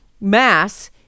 mass